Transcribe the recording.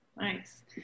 Nice